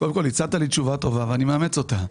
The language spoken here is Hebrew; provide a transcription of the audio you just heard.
קודם כול, הצעת לי תשובה טובה ואני מאמץ אותה.